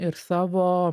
ir savo